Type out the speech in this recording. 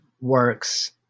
works